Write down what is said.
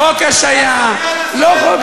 חבר הכנסת איימן עודה, אינו נוכח.